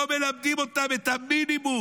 לא מלמדים אותם את המינימום.